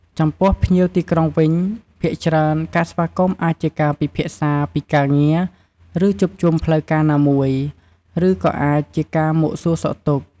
ចំពោះភ្ញៀវទីក្រុងវិញ ភាគច្រើនការស្វាគមន៍អាចជាការពិភាក្សាពីការងារ ឬជួបជុំផ្លូវការណាមួយ ឬក៏អាចជាការមកសួរសុខទុក្ខ។